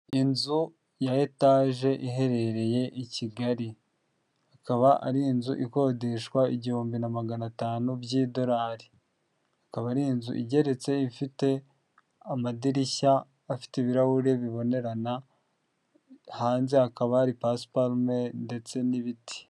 Inzu ya etage iherereye i Kigali ikaba ari inzu ikodeshwa igihumbi na magana atanu by'idolari. Akaba ari inzu igeretse ifite amadirishya afite ibirahuri bibonerana, hanze hakaba hari pasiparume ndetse n'ibiti.